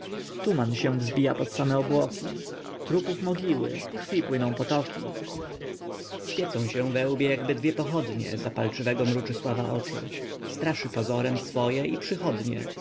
zadrżała tuman sie wzbija pod same obłoki trupów mogiły krwi płyną potoki świecą się we łbie jakby dwie pochodnie zapalczywego mruczysława oczy straszy pozorem swoje i przychodnie